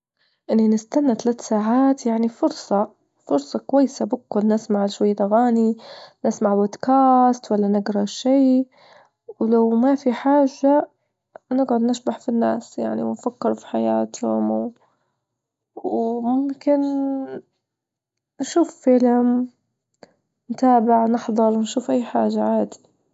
هلا وغلا أهلين، شوفوا السيارة هذي جد- جد إيش إقتصادية، يعني مريحة، فيها ميزات يعني والسعر وين تلجى زي هنا يعني، لو لفيت لفيت وشفت تشوف الفرج بعينك، وإن أحسن سعر أحسن سيارات عندنا.